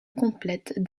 complète